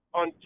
on